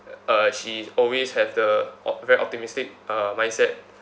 uh she's always have the o~ very optimistic uh mindset